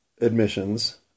admissions